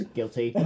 Guilty